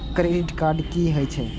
Credit card की हे छे?